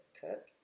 cook